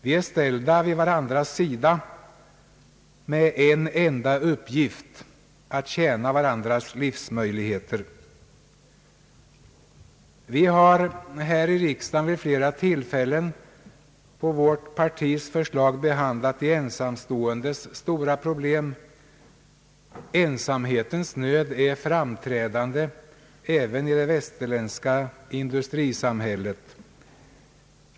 Vi är ställda vid varandras sida med en enda uppgift: att tjäna varandras livsmöjligheter. Vi har här i riksdagen vid flera tillfällen på vårt partis förslag behandlat de ensamståendes stora problem. Ensamhetens nöd är framträdande även 1 det västerländska industrisamhället.